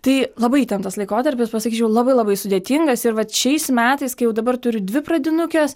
tai labai įtemptas laikotarpis pasakyčiau labai labai sudėtingas ir vat šiais metais kai jau dabar turiu dvi pradinukes